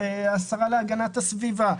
לשרה להגנת הסביבה,